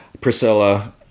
Priscilla